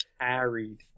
carried